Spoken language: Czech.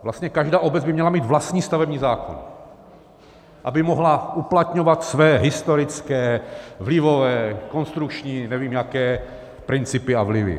Vlastně každá obec by měla mít vlastní stavební zákon, aby mohla uplatňovat své historické, vlivové, konstrukční, nevím, jaké principy a vlivy.